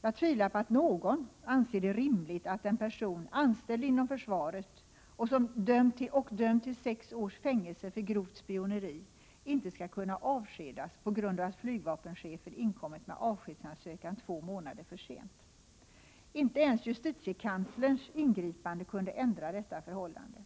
Jag tvivlar på att någon anser det rimligt att en person, anställd inom försvaret, som dömts till sex års fängelse för grovt spioneri inte skall kunna avskedas på grund av att flygvapenchefen inkommit med avskedsansökan två månader för sent. Inte ens justitiekanslerns ingripande kunde ändra detta förhållande.